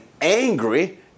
angry